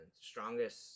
strongest